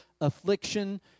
affliction